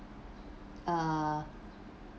uh